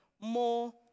more